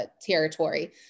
territory